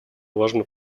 важную